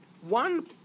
One